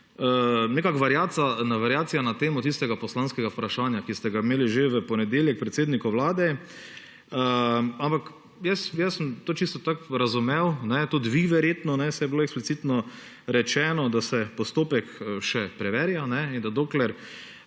nekako na variacijo na temo tistega poslanskega vprašanja, ki sta ga imeli že v ponedeljek predsedniku Vlade. Ampak to sem čisto tako razumel, tudi vi verjetno, saj je bilo eksplicitno rečeno, da se postopek še preverja in da dokler